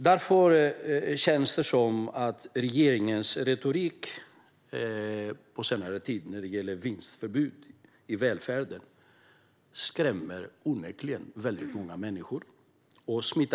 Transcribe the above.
Därför känns det onekligen som om regeringens retorik på senare tid när det gäller vinstförbud i välfärden skrämmer väldigt många människor.